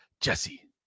Jesse